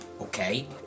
okay